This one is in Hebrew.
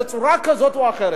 בצורה כזאת או אחרת,